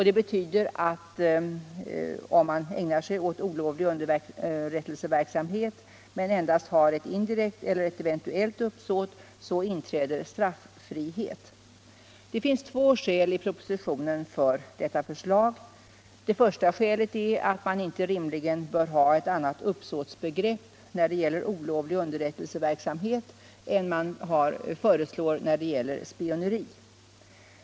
Det betyder att om någon ägnar sig åt olovlig underrättelseverksamhet men endast har ett indirekt eller ett eventuellt uppsåt, så inträder straffrihet. Det finns två skäl i propositionen för detta förslag. Det första skälet är att man inte rimligen bör ha ett annat uppsåtsbegrepp när det gäller olovlig underrättelseverksamhet än man föreslår när det gäller spioneri.